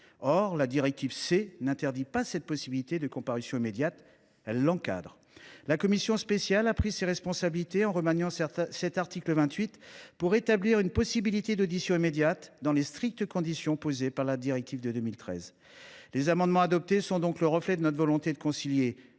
Si la directive C encadre cette possibilité de comparution immédiate, elle ne l’interdit pas. La commission spéciale a pris ses responsabilités. Elle a remanié l’article 28, afin d’établir une possibilité d’audition immédiate dans les strictes conditions posées par la directive de 2013. Les amendements adoptés sont donc le reflet de notre volonté de concilier,